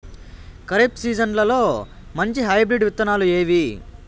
ఖరీఫ్ సీజన్లలో మంచి హైబ్రిడ్ విత్తనాలు ఏవి